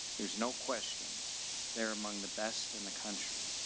there's no question they're among the best in the country.